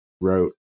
wrote